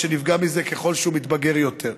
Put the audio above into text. שנפגע מזה ככל שהוא מתבגר יותר.